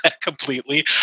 completely